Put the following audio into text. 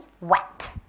wet